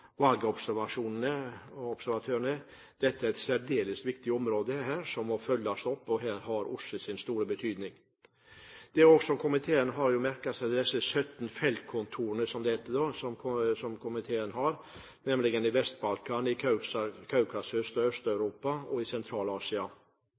valgobservasjonene og -observatørene, er et særdeles viktig område som må følges opp. Her har OSSE stor betydning. Komiteen har også merket seg de 17 feltkontorene som OSSE har, nemlig på Vest-Balkan, i Kaukasus, i Øst-Europa og